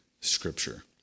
scripture